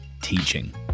teaching